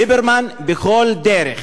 ליברמן מנסה בכל דרך